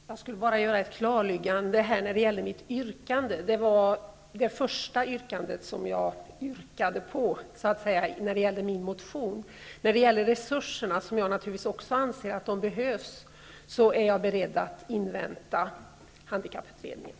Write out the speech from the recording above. Herr talman! Jag vill bara göra ett klarläggande när det gäller mitt yrkande. Jag yrkade bifall till det första yrkandet när det gällde min motion. När det gäller resurserna, som jag naturligtvis också anser behövs, är jag beredd att invänta handikapputredningen.